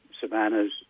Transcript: savannas